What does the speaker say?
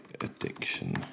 Addiction